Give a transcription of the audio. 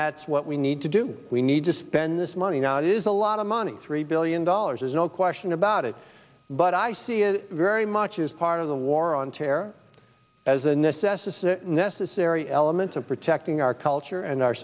that's what we need to do we need to spend this money now it is a lot of money three billion dollars there's no question about it but i see it very much as part of the war on terror as a necessity necessary elements of protecting our culture and our